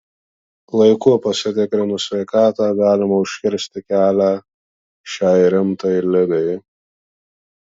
laiku pasitikrinus sveikatą galima užkirsti kelią šiai rimtai ligai